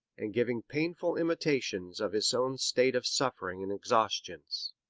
and giving painful intimations of his own state of suffering and exhaustion.